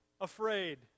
afraid